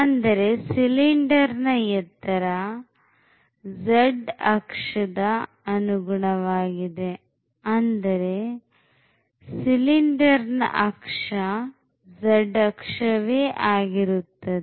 ಅಂದರೆ ಸಿಲಿಂಡರ್ ನ ಎತ್ತರ z ಅಕ್ಷದ ಅನುಗುಣವಾಗಿದೆ ಅಂದರೆ ಸಿಲಿಂಡರ್ ನ ಅಕ್ಷ z ಅಕ್ಷವೇ ಆಗಿರುತ್ತದೆ